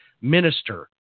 minister